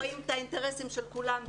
אנחנו רואים את האינטרסים של כולם,